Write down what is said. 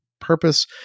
purpose